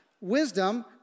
wisdom